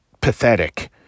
pathetic